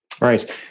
Right